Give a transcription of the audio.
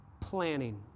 planning